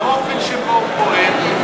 באופן שבו הוא פועל,